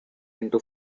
into